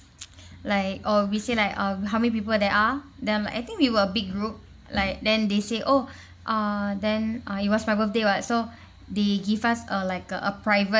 like oh we say like um how many people there are then like I think we were big group like then they say oh err then uh it was my birthday what so they give us uh like a private